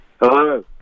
hello